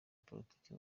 politiki